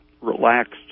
relaxed